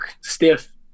stiff